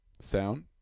Sound